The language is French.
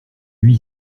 lui